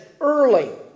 early